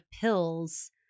pills